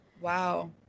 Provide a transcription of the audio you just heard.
Wow